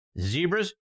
Zebras